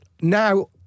Now